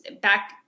back